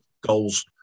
goals